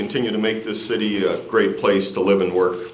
continue to make this city a great place to live and work